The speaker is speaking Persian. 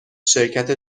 شرکت